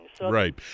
Right